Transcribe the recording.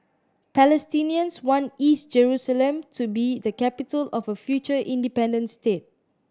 Palestinians want East Jerusalem to be the capital of a future independent state